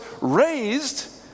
raised